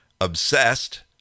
obsessed